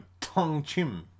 Tongchim